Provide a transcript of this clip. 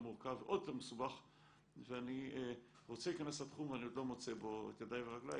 אני רוצה להיכנס לתחום אבל אני עוד לא מוצא בו את ידיי ורגליי.